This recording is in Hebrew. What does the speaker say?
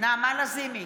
נעמה לזימי,